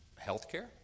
Healthcare